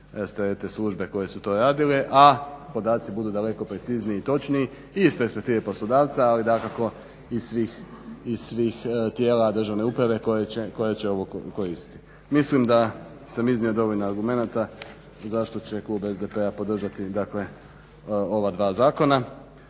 rasterete službe koje su to radile, a podaci budu daleko precizniji i točniji i iz perspektive poslodavca ali dakako i svih tijela državne uprave koje će ovo koristiti. Mislim da sam iznio dovoljno argumenta zašto će klub SDP-a podržati ova dva zakona